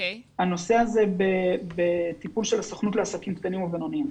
הנושא הזה בטיפול של הסוכנות לעסקים קטנים ובינוניים.